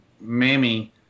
mammy